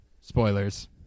spoilers